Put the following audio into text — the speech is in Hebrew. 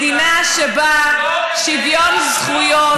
מדינה שבה שוויון זכויות,